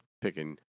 picking